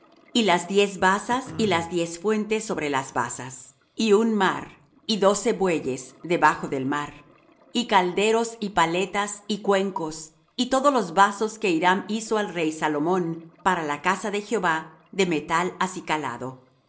y las diez basas y las diez fuentes sobre las basas y un mar y doce bueyes debajo del mar y calderos y paletas y cuencos y todos los vasos que hiram hizo al rey salomón para la casa de jehová de metal acicalado todo lo